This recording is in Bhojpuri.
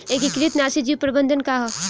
एकीकृत नाशी जीव प्रबंधन का ह?